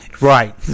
right